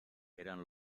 eran